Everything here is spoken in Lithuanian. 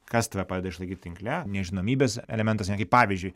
kas tave padeda išlaikyt tinkle nežinomybės elementas ne kaip pavyzdžiui